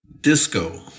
Disco